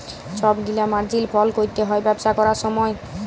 ছব গিলা মার্জিল ফল ক্যরতে হ্যয় ব্যবসা ক্যরার সময়